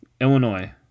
Illinois